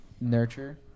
nurture